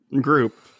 group